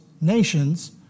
nations